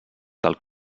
del